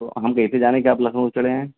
تو ہم کیسے جانیں کہ آپ لکھنؤ سے چڑھے ہیں